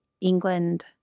England